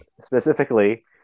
specifically